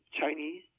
Chinese